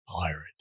pirate